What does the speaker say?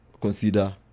consider